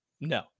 No